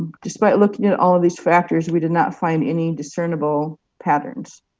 despite looking at all of these factors, we did not find any discernible patterns.